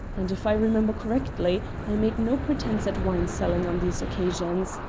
and if i remember correctly, i made no pretence at wine-selling on these occasions.